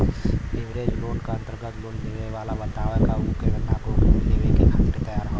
leverage loan क अंतर्गत loan लेवे वाला बतावला क उ केतना जोखिम लेवे खातिर तैयार हौ